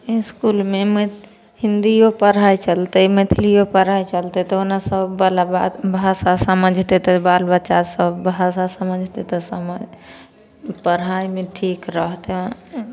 इसकूलमे हिन्दियो पढ़ाइ चलतै मैथलियो पढ़ाइ चलतै तऽ ओना सभ बला बात भाषा समझतै तऽ बाल बच्चा सभ भाषा समझतै तऽ समझ पढ़ाइमे ठीक रहतै